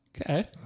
Okay